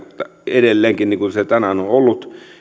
edelleenkin niin kuin se tänään on ollut